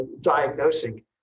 diagnosing